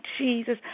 jesus